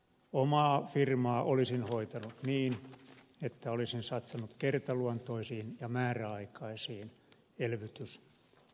omaa firmaa olisin hoitanut niin että olisin satsannut kertaluontoisiin ja määräaikaisiin elvytyspaketteihin